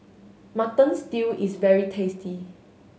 Mutton Stew is very tasty